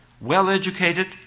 well-educated